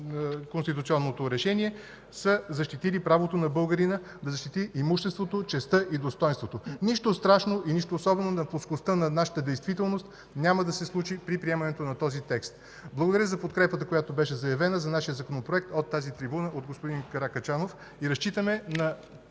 конституционното решение, са защитили правото на българина да защити имуществото, честта и достойнството си. Нищо страшно и нищо особено на плоскостта на нашата действителност няма да се случи при приемането на този текст. Благодаря за подкрепата, която беше заявена за нашия Законопроект от тази трибуна от господин Каракачанов. Разчитаме на